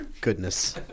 Goodness